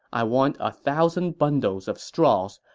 i want a thousand bundles of straws,